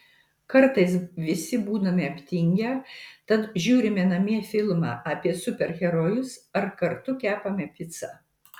kartais visi būname aptingę tad žiūrime namie filmą apie super herojus ar kartu kepame picą